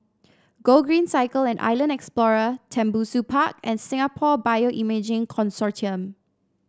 Gogreen Cycle and Island Explorer Tembusu Park and Singapore Bioimaging Consortium